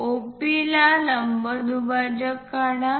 OP ला लंबदुभाजक काढा